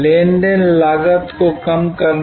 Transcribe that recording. लेनदेन लागत को कम करना